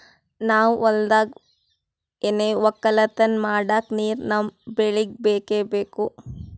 ನಾವ್ ಹೊಲ್ದಾಗ್ ಏನೆ ವಕ್ಕಲತನ ಮಾಡಕ್ ನೀರ್ ನಮ್ ಬೆಳಿಗ್ ಬೇಕೆ ಬೇಕು